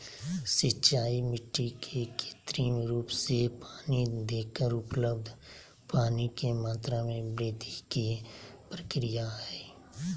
सिंचाई मिट्टी के कृत्रिम रूप से पानी देकर उपलब्ध पानी के मात्रा में वृद्धि के प्रक्रिया हई